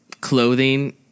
clothing